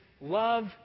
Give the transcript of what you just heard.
love